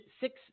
Six